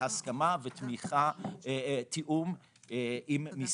להסכמה של משרדי הממשלה ולתיאום איתם.